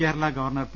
Kerala governor P